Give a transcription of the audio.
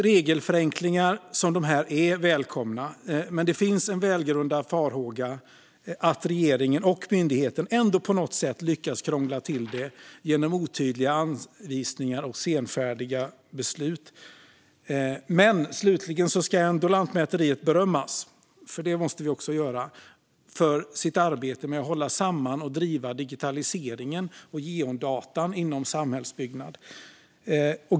Regelförenklingar som de här är välkomna, men det finns en välgrundad farhåga att regeringen och myndigheten ändå på något sätt lyckas krångla till det genom otydliga anvisningar och senfärdiga beslut. Slutligen ska vi ändå berömma Lantmäteriet för deras arbete med att hålla samman och driva digitalisering och geodata inom samhällsbyggnad.